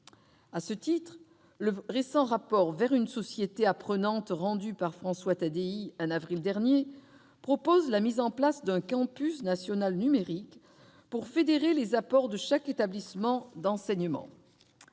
À ce titre, le rapport intitulé « Vers une société apprenante », remis par François Taddei en avril dernier, préconise la mise en place d'un campus national numérique pour fédérer les apports de chaque établissement d'enseignement.